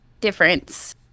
difference